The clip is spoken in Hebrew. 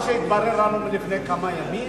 מה שהתברר לנו לפני כמה ימים,